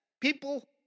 people